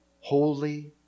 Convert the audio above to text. Holy